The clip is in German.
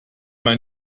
man